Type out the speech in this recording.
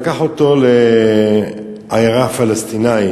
לקח אותו לעיירה פלסטינית